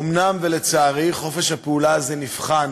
אומנם, לצערי, חופש הפעולה הזה נבחן